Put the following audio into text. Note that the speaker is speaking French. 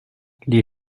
les